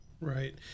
Right